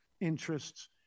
interests